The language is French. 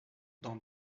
dans